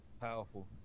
powerful